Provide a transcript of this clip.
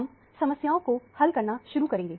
हम समस्याओं को हल करना शुरू रखेंगे